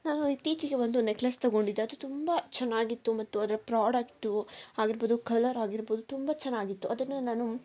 ನಾನು ಇತ್ತೀಚೆಗೆ ಒಂದು ನೆಕ್ಲೆಸ್ ತೊಗೊಂಡಿದ್ದೆ ಅದು ತುಂಬಾ ಚೆನ್ನಾಗಿತ್ತು ಮತ್ತು ಅದರ ಪ್ರಾಡಕ್ಟು ಅದರದ್ದು ಕಲ್ಲರ್ ಆಗಿರ್ಬೋದು ತುಂಬಾ ಚೆನ್ನಾಗಿತ್ತು ಅದನ್ನು ನಾನು